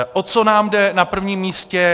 O co nám jde na prvním místě.